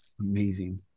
Amazing